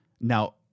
Now